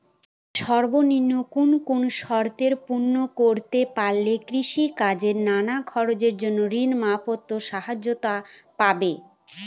সর্বনিম্ন কোন কোন শর্ত পূরণ করতে পারলে কৃষিকাজের নানান খরচের জন্য ঋণ মারফত সহায়তা পাব?